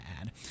add